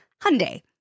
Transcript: Hyundai